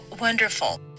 wonderful